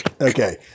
Okay